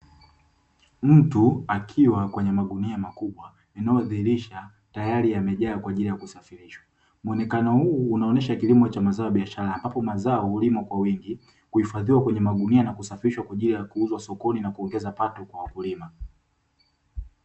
Mtu akiwa kwenye magunia makubwa inayodhihirisha tayari yamejaa kwa ajili ya kusafirishwa, muonekano huu unaonyesha kilimo cha mazao ya biashara, ambapo mazao hulimwa kwa wingi kuhifadhiwa kwenye magunia na kusafirishwa kwa ajili ya kuuzwa sokoni na kuongeza pato kwa wakulima.